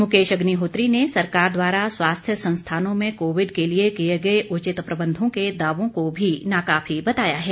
मुकेश अग्निहोत्री ने सरकार द्वारा स्वास्थ्य संस्थानों में कोविड के लिए किए गए उचित प्रबंधों के दावों को भी नाकाफी बताया है